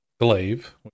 Glaive